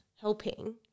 helping